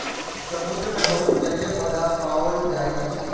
समुद्र मे बहुत जलीय पौधा पाओल जाइत अछि